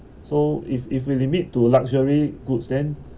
so if if we limit to luxury goods then